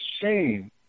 shame